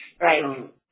Right